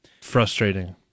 Frustrating